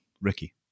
Ricky